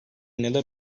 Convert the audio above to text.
neler